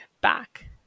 back